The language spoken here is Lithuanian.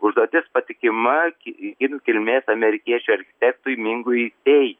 užduotis patikima ki kinų kilmės amerikiečių architektui mingui tei